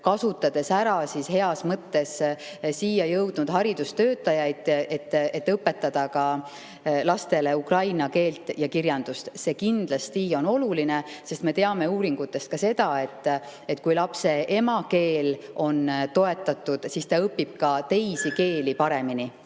kasutada ära siia jõudnud [sõjapõgenikest] haridustöötajaid, kes õpetaksid lastele ukraina keelt ja kirjandust. See on kindlasti oluline, sest me teame uuringutest seda, et kui lapse emakeel on toetatud, siis ta õpib ka teisi keeli paremini.